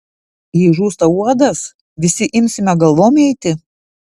jei žūsta uodas visi imsime galvom eiti